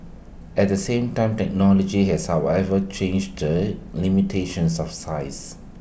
at the same time technology has however changed the limitations of size